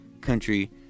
Country